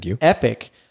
epic